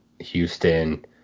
Houston